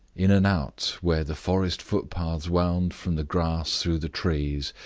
in and out, where the forest foot-paths wound from the grass through the trees,